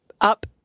up